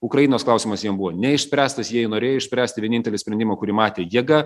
ukrainos klausimas jiem buvo neišspręstas jie jį norėjo išspręsti vienintelį sprendimą kurį matė jėga